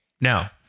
Now